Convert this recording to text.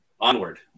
onward